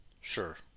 Sure